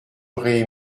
auraient